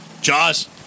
Jaws